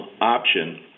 option